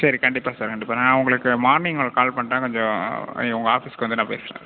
சரி கண்டிப்பாக சார் கண்டிப்பாக நான் உங்களுக்கு மார்னிங் ஒரு கால் பண்ணுறேன் கொஞ்சம் உங்கள் ஆஃபீஸ்க்கு வந்து நான் பேசுகிறேன்